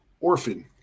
Orphan